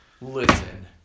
listen